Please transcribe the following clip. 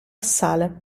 assale